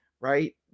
right